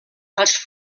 els